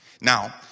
Now